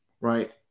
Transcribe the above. right